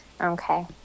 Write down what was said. Okay